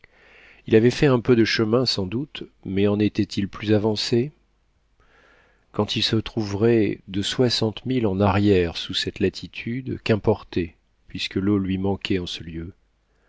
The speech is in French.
il avait fait un peu de chemin sans doute mais en était-il plus avancé quand il se trouverait de soixante milles en arrière sous cette latitude qu'importait puisque l'eau lui manquait en ce lieu